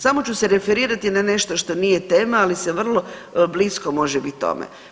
Samo ću se referirati na nešto što nije tema, ali se vrlo blisko može bit tome.